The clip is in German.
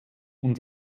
und